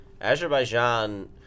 Azerbaijan